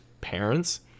parents